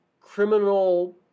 criminal